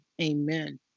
Amen